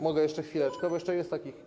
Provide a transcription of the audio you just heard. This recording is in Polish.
Mogę jeszcze chwileczkę, bo jeszcze jest takich.